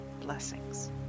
blessings